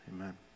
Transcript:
Amen